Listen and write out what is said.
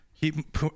keep